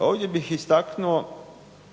Ovdje bih istaknuo